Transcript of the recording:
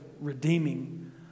redeeming